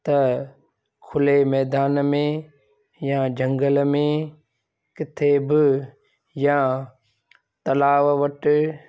त खुले मैदान में या झंगल में किथे बि या तलाव वटि